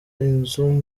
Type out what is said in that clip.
inzu